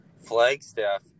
Flagstaff